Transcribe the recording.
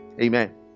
Amen